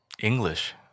English